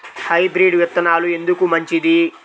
Hybrid విత్తనాలు ఎందుకు మంచిది?